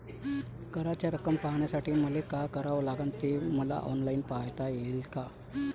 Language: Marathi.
कराच रक्कम पाहासाठी मले का करावं लागन, ते मले ऑनलाईन पायता येईन का?